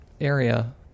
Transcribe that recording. area